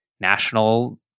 national